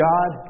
God